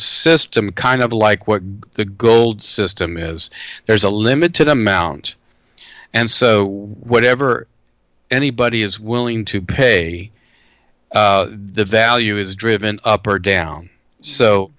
system kind of like what the gold system is there's a limited amount and so whatever anybody is willing to pay the value is driven up or down so